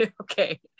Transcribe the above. okay